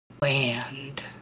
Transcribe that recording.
Land